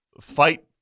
fight